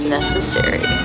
necessary